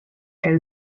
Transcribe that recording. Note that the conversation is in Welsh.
rhyw